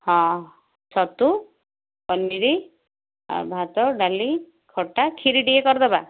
ହଁ ଛତୁ ପନିର ଆଉ ଭାତ ଡାଲି ଖଟା ଖିରି ଟିକେ କରିଦେବା